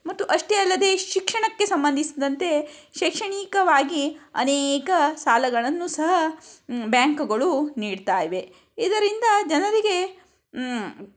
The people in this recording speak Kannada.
ಮತ್ತು ಅಷ್ಟೇ ಅಲ್ಲದೆ ಶಿಕ್ಷಣಕ್ಕೆ ಸಂಬಂಧಿಸಿದಂತೆ ಶೈಕ್ಷಣಿಕವಾಗಿ ಅನೇಕ ಸಾಲಗಳನ್ನು ಸಹ ಬ್ಯಾಂಕ್ಗಳು ನೀಡ್ತಾಯಿವೆ ಇದರಿಂದ ಜನರಿಗೆ